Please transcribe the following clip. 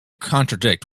contradict